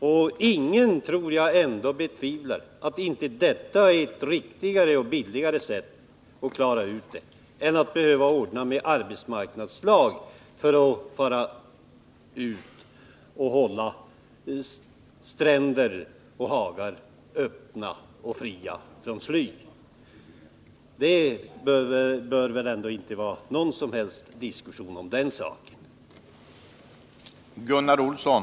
Jag tror inte att det finns någon som betvivlar att det är ett riktigare och billigare sätt att klara problemet än att arbetsmarknadsverket skall ordna arbetslag som åker ut och håller stränder och hagar öppna och fria från sly. Det bör inte vara någon som helst diskussion om den saken.